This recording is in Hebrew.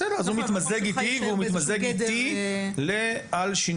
בסדר, אז הוא מתמזג עם החוק ועם שינויו.